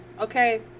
okay